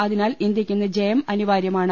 അതിനാൽ ഇന്തൃക്കിന്ന് ജയം അനിവാര്യമാണ്